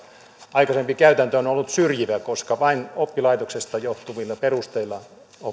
aikaisempi käytäntö on ollut syrjivä koska vain oppilaitoksesta johtuvilla perusteilla